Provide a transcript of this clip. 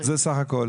דרך אגב,